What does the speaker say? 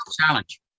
challenge